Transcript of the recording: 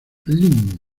lin